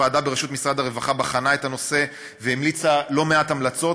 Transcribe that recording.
ועדה בראשות משרד הרווחה בחנה את הנושא והמליצה לא-מעט המלצות,